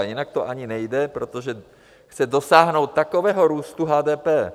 Jinak to ani nejde, protože chce dosáhnout takového růstu HDP.